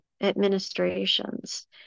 administrations